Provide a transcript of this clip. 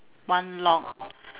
one long